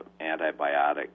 antibiotic